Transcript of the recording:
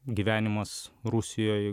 gyvenimas rusijoj